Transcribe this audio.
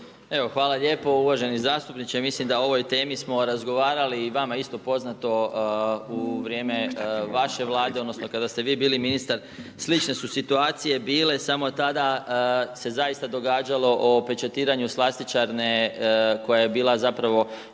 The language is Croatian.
hvala lijepo. Uvaženi zastupniče, mislim da o ovoj temi smo razgovarali i vama je isto poznato u vrijeme vaše Vlade, odnosno kada ste vi bili ministar. Slične su situacije bile, samo tada se zaista događalo o pečatiranju slastičarne koja je bila zapravo